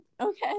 okay